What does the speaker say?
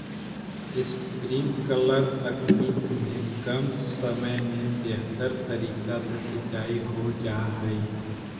sprinkler तकनीक में कम समय में बेहतर तरीका से सींचाई हो जा हइ